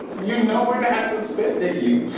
you know we're not suspending you.